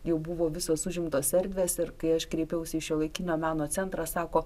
jau buvo visos užimtos erdvės ir kai aš kreipiausi į šiuolaikinio meno centrą sako